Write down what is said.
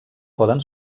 poden